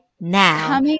now